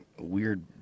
weird